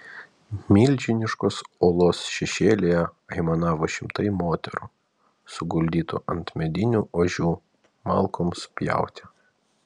milžiniškos uolos šešėlyje aimanavo šimtai moterų suguldytų ant medinių ožių malkoms pjauti